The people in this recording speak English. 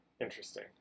interesting